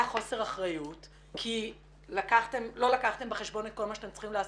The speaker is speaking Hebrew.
חוסר אחריות כי לא לקחתם בחשבון את כל מה שאתם צריכים לעשות,